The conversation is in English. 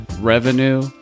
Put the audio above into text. revenue